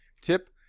Tip